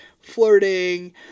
flirting